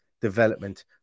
development